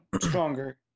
stronger